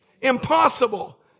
impossible